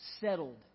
settled